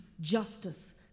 justice